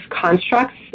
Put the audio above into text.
constructs